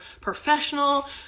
professional